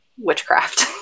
witchcraft